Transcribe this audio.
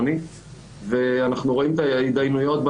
אנחנו ממשיכים את הדיון.